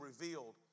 revealed